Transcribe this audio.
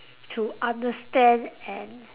to understand and